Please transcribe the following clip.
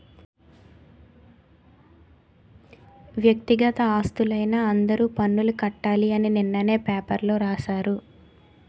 వ్యక్తిగత ఆస్తులైన అందరూ పన్నులు కట్టాలి అని నిన్ననే పేపర్లో రాశారు